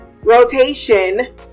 rotation